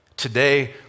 Today